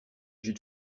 jus